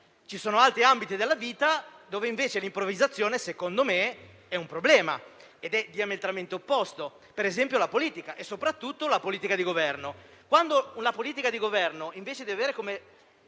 Ci sono altri ambiti della vita in cui invece l'improvvisazione, secondo me, è un problema e dunque la questione è diametralmente opposta: per esempio la politica, e soprattutto la politica di Governo. Quando la politica di Governo, invece di avere come